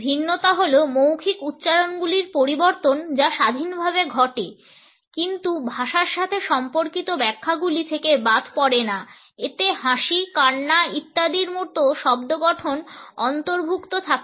ভিন্নতা হল মৌখিক উচ্চারণগুলির পরিবর্তন যা স্বাধীনভাবে ঘটে কিন্তু ভাষার সাথে সম্পর্কিত ব্যাখ্যাগুলি থেকে বাদ পড়ে না এতে হাসি কান্না ইত্যাদির মতো শব্দ গঠন অন্তর্ভুক্ত থাকে